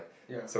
ya